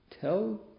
tell